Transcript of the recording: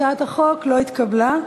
הצעת החוק לא התקבלה.